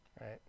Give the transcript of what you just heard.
right